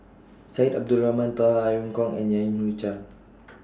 Syed Abdulrahman Taha Irene Khong and Yan Hui Chang